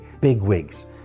bigwigs